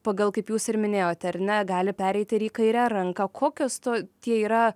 pagal kaip jūs ir minėjot ar ne gali pereiti ir į kairę ranką kokios to tie yra